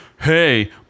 hey